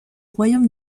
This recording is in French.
royaume